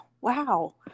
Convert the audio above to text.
wow